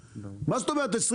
מה זה אומרת,